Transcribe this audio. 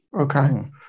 Okay